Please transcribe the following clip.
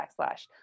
backslash